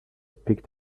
picked